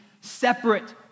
separate